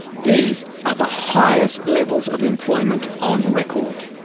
these are the highest levels of employment on record.